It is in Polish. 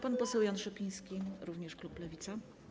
Pan poseł Jan Szopiński, również klub Lewica.